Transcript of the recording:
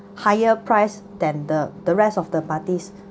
higher price than the the rest of the parties